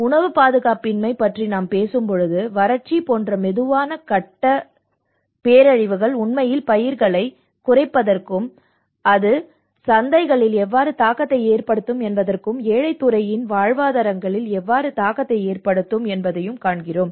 உணவுப் பாதுகாப்பின்மை பற்றி நாம் பேசும்போது வறட்சி போன்ற மெதுவான கட்ட பேரழிவுகள் உண்மையில் பயிர்களைக் குறைப்பதற்கும் அது சந்தைகளில் எவ்வாறு தாக்கத்தை ஏற்படுத்தும் என்பதற்கும் ஏழைத் துறையின் வாழ்வாதாரங்களில் எவ்வாறு தாக்கத்தை ஏற்படுத்தும் என்பதையும் காண்கிறோம்